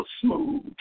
smooth